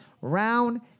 round